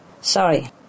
Sorry